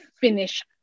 finish